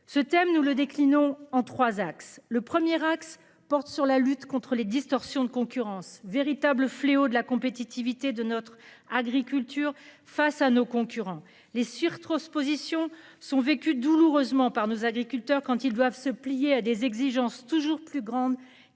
Ce thème nous le déclinons en 3 axes, le premier axe porte sur la lutte contre les distorsions de concurrence, véritable fléau de la compétitivité de notre agriculture face à nos concurrents. Les surtranspositions sont vécu douloureusement par nos agriculteurs quand ils doivent se plier à des exigences toujours plus grandes